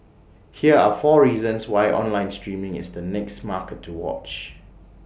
here are four reasons why online streaming is the next market to watch